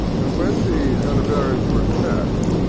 and when the hanoverians were attacked,